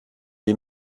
die